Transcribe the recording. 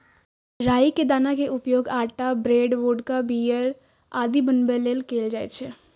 राइ के दाना के उपयोग आटा, ब्रेड, वोदका, बीयर आदि बनाबै लेल कैल जाइ छै